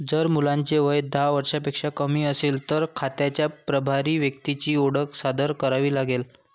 जर मुलाचे वय दहा वर्षांपेक्षा कमी असेल, तर खात्याच्या प्रभारी व्यक्तीची ओळख सादर करावी लागेल